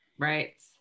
Right